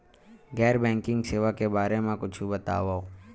गैर बैंकिंग सेवा के बारे म कुछु बतावव?